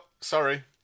sorry